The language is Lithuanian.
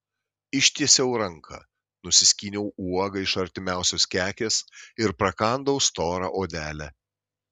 ištiesiau ranką nusiskyniau uogą iš artimiausios kekės ir prakandau storą odelę